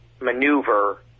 maneuver